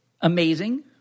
amazing